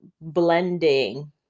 blending